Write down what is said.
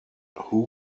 who